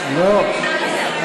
לא,